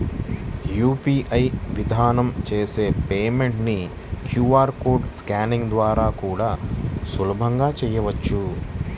UPI విధానం చేసే payment ని క్యూ.ఆర్ కోడ్ స్కానింగ్ ద్వారా కూడా సులభంగా చెయ్యొచ్చు